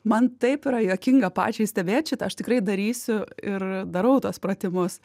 man taip yra juokinga pačiai stebėt šitą aš tikrai darysiu ir darau tuos pratimus